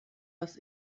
was